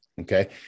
Okay